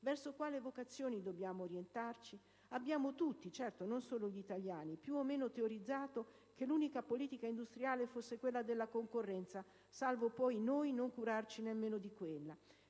Verso quali vocazioni dobbiamo orientarci? Abbiamo tutti, certo - non solo gli italiani - più o meno teorizzato che l'unica politica industriale fosse quella della concorrenza (salvo poi, noi, non curarci nemmeno di quella).